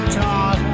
talk